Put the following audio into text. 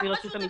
גם רשות המיסים,